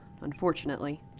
unfortunately